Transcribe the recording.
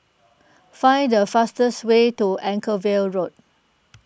find the fastest way to Anchorvale Road